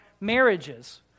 marriages